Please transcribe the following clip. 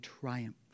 triumph